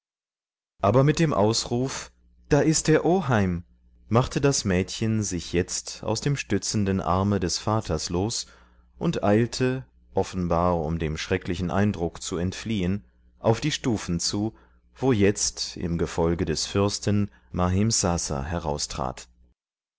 aber mit dem ausruf da ist der oheim machte das mädchen sich jetzt aus dem stützenden arme des vaters los und eilte offenbar um dem schrecklichen eindruck zu entfliehen auf die stufen zu wo jetzt im gefolge des fürsten mahimsasa heraustrat